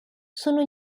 sono